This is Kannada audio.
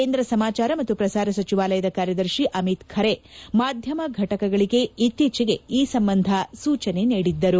ಕೇಂದ್ರ ಸಮಾಚಾರ ಮತ್ತು ಪ್ರಸಾರ ಸಚಿವಾಲಯದ ಕಾರ್ಯದರ್ಶಿ ಅಮಿತ್ ಖರೆ ಮಾಧ್ಯಮ ಘಟಕಗಳಿಗೆ ಇತ್ತೀಚೆಗೆ ಈ ಸಂಬಂಧ ಸೂಚನೆ ನೀಡಿದ್ದರು